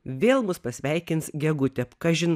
vėl mus pasveikins gegutė kažin